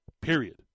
period